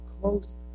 close